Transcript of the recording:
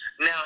Now